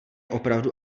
opravdu